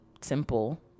simple